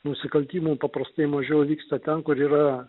nusikaltimų paprastai mažiau vyksta ten kur yra